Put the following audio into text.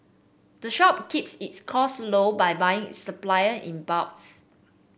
the shop keeps its costs low by buying its supply in bulks